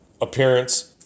appearance—